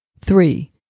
three